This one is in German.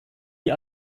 die